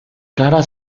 cara